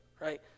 right